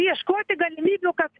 ieškoti galimybių kad